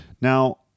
Now